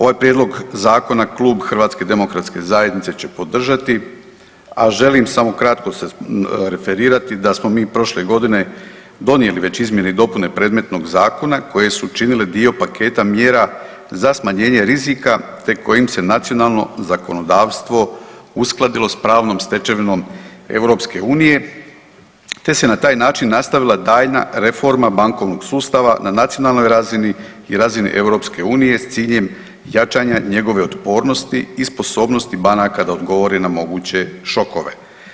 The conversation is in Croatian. Ovaj prijedlog zakona klub HDZ-a će podržati a želim samo kratko se referirati da smo mi prošle godine donijeli već izmjene i dopune predmetnog zakona koje su činile dio paketa mjera za smanjenje rizika te kojim se nacionalno zakonodavstvo uskladilo sa pravnom stečevinom EU-a te se na taj način nastavila daljnja reforma bankovnog sustava na nacionalnoj razini i razini EU s ciljem jačanja njegove otpornosti i sposobnosti banaka da odgovore na moguće šokove.